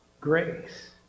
grace